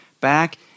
back